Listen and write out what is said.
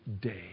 day